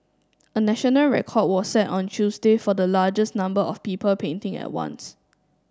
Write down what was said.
a national record was set on Tuesday for the largest number of people painting at once